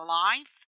life